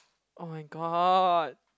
[oh]-my-god